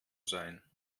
sein